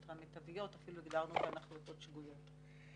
מיטביות ואפילו הגדרנו אותן החלטות שגויות.